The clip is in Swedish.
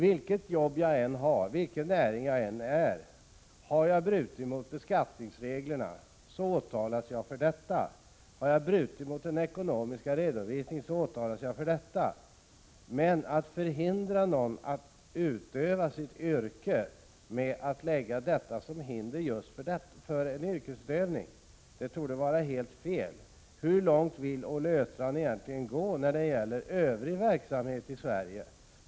Vilket arbete jag än har och vilken näring jag än arbetar inom, blir jag åtalad om jag har brutit mot skattereglerna. Om jag har brutit mot reglerna för ekonomisk redovisning åtalas jag för det. Men att förhindra någon att utöva sitt yrke på grund av detta torde vara helt fel. Hur långt vill Olle Östrand egentligen gå när det gäller övrig verksamhet i Sverige?